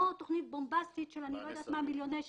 לא תוכנית בומבסטית של מיליוני שקלים.